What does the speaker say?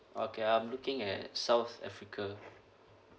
okay I'm looking at south africa